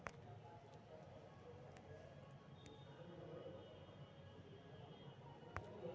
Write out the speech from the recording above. spot market exchange चाहे over the counter के माध्यम से हो सकइ छइ